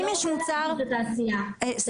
אני לא רוצה להגביל את התעשייה בהכרח.